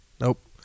Nope